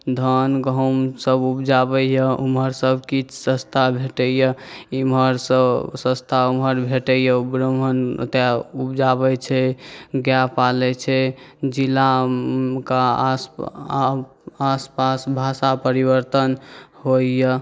धान गहूमसब उपजाबैए ओम्हर सबकिछुसँ सस्ता भेटैए एम्हरसँ सस्ता ओम्हर भेटैए ब्राह्मण ओतहि उपजाबै छै गाइ पालै छै जिलाके आसपास भाषापर परिवर्तन होइए